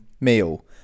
meal